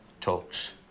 talks